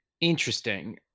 Interesting